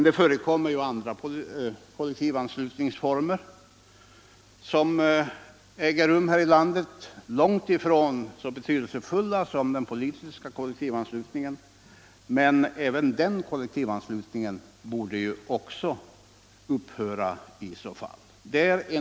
Det förekommer också andra kollektivanslutningsformer här i landet — långt ifrån så betydelsefulla som den politiska kollektivanslutningen — och även den kollektivanslutningen borde upphöra om den politiska skall göra det.